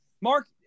Mark